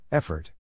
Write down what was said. Effort